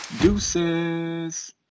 Deuces